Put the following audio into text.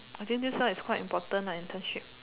I think this one is quite important lah internship